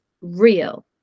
real